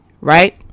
Right